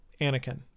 Anakin